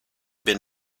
been